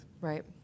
Right